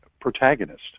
protagonist